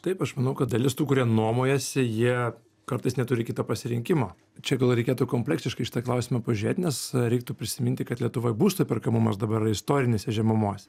taip aš manau kad dalis tų kurie nuomojasi jie kartais neturi kito pasirinkimo čia gal reikėtų kompleksiškai į šitą klausimą pažiūrėt nes reiktų prisiminti kad lietuvoj būsto įperkamumas dabar yra istorinėse žemumose